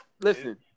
Listen